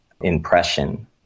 impression